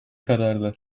kararlı